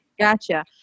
Gotcha